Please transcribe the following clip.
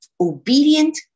obedient